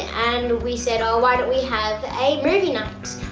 and we said, oh, why don't we have a movie night?